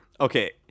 okay